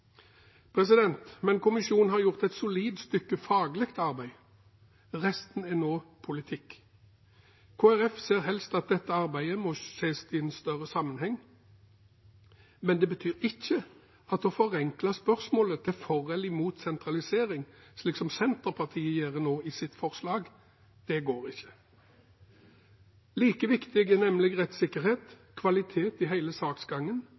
Kommisjonen har imidlertid gjort et solid stykke faglig arbeid. Resten er nå politikk. Kristelig Folkeparti ser helst at dette arbeidet ses i en større sammenheng. Det betyr ikke å forenkle spørsmålet til for eller imot sentralisering, slik Senterpartiet nå gjør i sitt forslag. Det går ikke. Like viktig er nemlig rettssikkerhet, kvalitet i hele saksgangen,